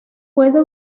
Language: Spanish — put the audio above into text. puede